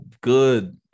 good